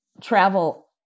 travel